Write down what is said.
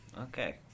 Okay